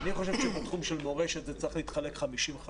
אני חושב שבתחום של מורשת זה צריך להתחלק 50%/50%.